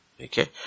Okay